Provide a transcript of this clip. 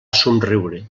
somriure